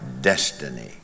destiny